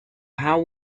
how